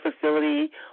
facility